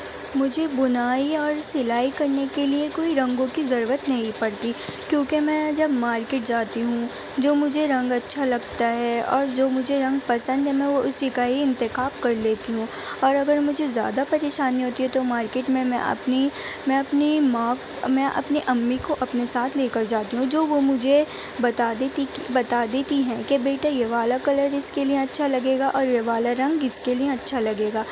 مجھے بنائی اور سلائی کرنے کے لیے کوئی رنگوں کی ضرورت نہیں پڑتی کیونکہ میں جب مارکیٹ جاتی ہوں جو مجھے رنگ اچھا لگتا ہے اور جو مجھے رنگ پسند ہے میں وہ اسی کا ہی انتخاب کر لیتی ہوں اور اگر مجھے زیادہ پریشانی ہوتی ہے تو مارکیٹ میں میں اپنی میں اپنی ماں میں اپنی امی کو اپنے ساتھ لے کر جاتی ہوں جو وہ مجھے بتا دیتی کہ بتا دیتی ہیں کہ بیٹے یہ والا کلر اس کے لیے اچھا لگے گا اور یہ والا رنگ اس کے لیے اچھا لگے گا